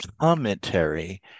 commentary